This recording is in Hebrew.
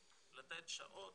לתת שעות